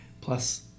plus